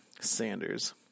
Sanders